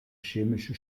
chemische